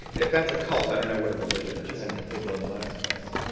if that's a cult, i don't know what a religion is. two hundred people on myspace.